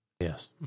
Yes